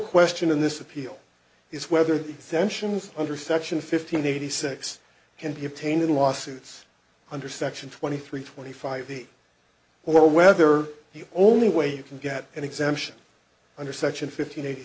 question in this appeal is whether the tensions under section fifteen eighty six can be obtained in lawsuits under section twenty three twenty five the or whether he only way you can get an exemption under section fifteen eighty